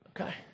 Okay